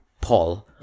Paul